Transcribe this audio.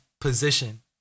position